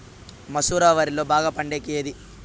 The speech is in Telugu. మసూర వరిలో బాగా పండేకి ఏది?